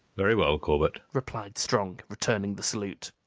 very well, corbett, replied strong, returning the salute.